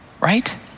right